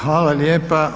Hvala lijepa.